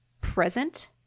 present